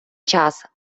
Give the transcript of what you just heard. час